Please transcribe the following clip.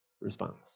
response